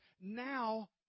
now